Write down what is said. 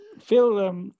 Phil